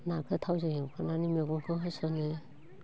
ना गोथांजो एवखांनानै मैगांखौ होसनो